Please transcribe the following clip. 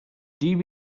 dvd